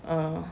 err